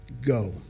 go